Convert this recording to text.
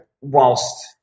whilst